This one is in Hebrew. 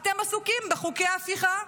אתם עסוקים בחוקי הפיכה,